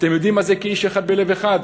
אתם יודעים מה זה "כאיש אחד בלב אחד"?